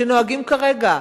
שנוהגים כרגע.